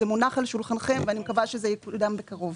זה מונח על שולחנכם ואני מקווה שזה יקודם בקרוב.